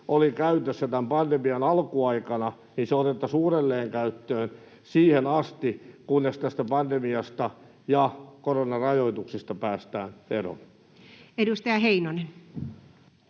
oli käytössä tämän pandemian alkuaikana, otettaisiin uudelleen käyttöön siihen asti, kunnes tästä pandemiasta ja koronarajoituksista päästään eroon? [Speech